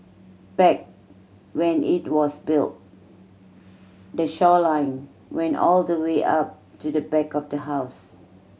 back when it was built the shoreline went all the way up to the back of the house